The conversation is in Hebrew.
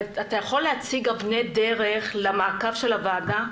אתה יכול להציג אבני דרך למעקב של הוועדה?